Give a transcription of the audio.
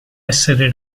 essere